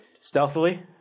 Stealthily